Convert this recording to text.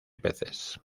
peces